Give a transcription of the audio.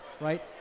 right